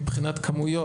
מבחינת כמויות,